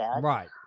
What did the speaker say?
Right